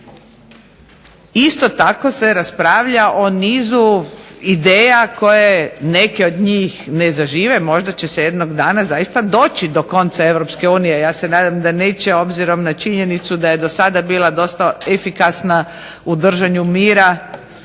Isto tako se raspravlja o nizu ideja koje neke od njih ne zažive. Možda će se jednog dana zaista doći do konca Europske unije. Ja se nadam da neće obzirom na činjenicu da je do sada bila dosta efikasna u držanju mira